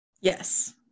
Yes